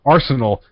Arsenal